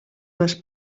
les